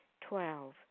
Twelve